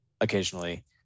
Occasionally